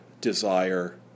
desire